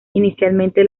inicialmente